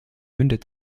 mündet